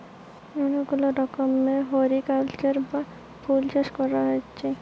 অনেক গুলা রকমের হরটিকালচার বা ফুল চাষ কোরছি